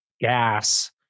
Gas